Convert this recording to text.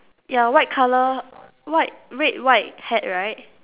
ya white colour white red white hat right